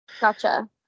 Gotcha